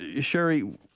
Sherry